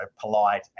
polite